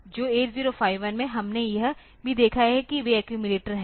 जो 8051 में हमने यह भी देखा है कि वे एक्यूमिलेटर हैं